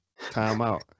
timeout